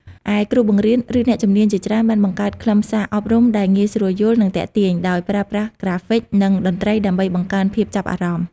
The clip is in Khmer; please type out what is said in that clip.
ឯគ្រូបង្រៀន ឬអ្នកជំនាញជាច្រើនបានបង្កើតខ្លឹមសារអប់រំដែលងាយស្រួលយល់ និងទាក់ទាញ ដោយប្រើប្រាស់ក្រាហ្វិក និងតន្ត្រីដើម្បីបង្កើនភាពចាប់អារម្មណ៍។